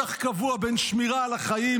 מתח קבוע בין שמירה על החיים